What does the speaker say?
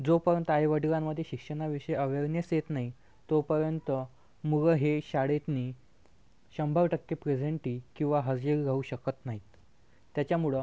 जोपर्यंत आईवडिलांमध्ये शिक्षणाविषयी अवेरनेस येत नाही तोपर्यंत मुलं हे शाळेतनी शंभर टक्के प्रेझेंटी किंवा हजेरी लावू शकत नाहीत त्याच्यामुळं